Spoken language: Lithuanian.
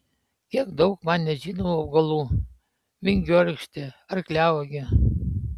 kiek daug man nežinomų augalų vingiorykštė arkliauogė